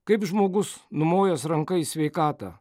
kaip žmogus numojęs ranka į sveikatą